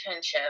internship